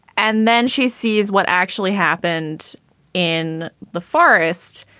and then she sees what actually happened in the forest.